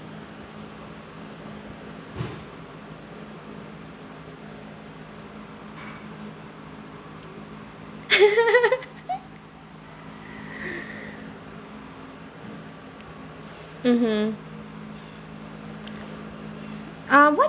mmhmm uh what